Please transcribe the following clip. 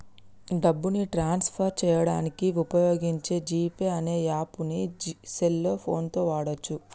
డబ్బుని transfer చేయడానికి వుపయోగించే జీ పే అనే యాప్పుని సెల్ ఫోన్ తో వాడచ్చు